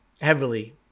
heavily